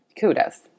kudos